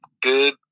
Good